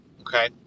Okay